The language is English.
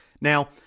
Now